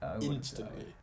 instantly